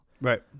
Right